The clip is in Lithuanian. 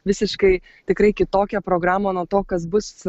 visiškai tikrai kitokią programą nuo to kas bus